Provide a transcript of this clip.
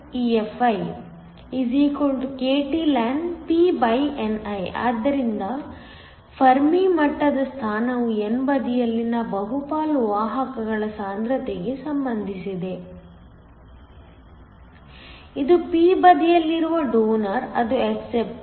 ಆದ್ದರಿಂದ ಫೆರ್ಮಿ ಮಟ್ಟದ ಸ್ಥಾನವು n ಬದಿಯಲ್ಲಿನ ಬಹುಪಾಲು ವಾಹಕಗಳ ಸಾಂದ್ರತೆಗೆ ಸಂಬಂಧಿಸಿದೆ ಇದು p ಬದಿಯಲ್ಲಿರುವ ಡೋನರ್ ಅದು ಅಕ್ಸಪ್ಟರ್